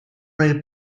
nel